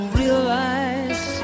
realize